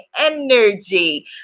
energy